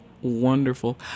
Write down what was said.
Wonderful